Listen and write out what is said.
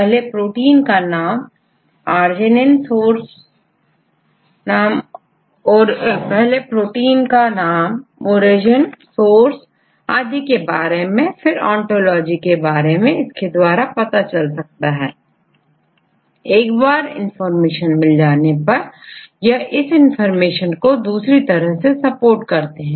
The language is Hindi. पहले प्रोटीन का नाम ओरिजिन सोर्स आदि के बारे में फिर ओंटोलॉजी के बारे में इसके द्वारा पता चल जाता है एक बार इंफॉर्मेशन मिल जाने पर यह इस इनफार्मेशन को दूसरी तरह से सपोर्ट करते हैं